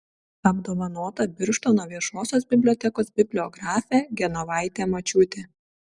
apdovanota birštono viešosios bibliotekos bibliografė genovaitė mačiūtė